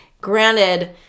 Granted